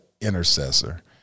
intercessor